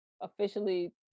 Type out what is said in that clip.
officially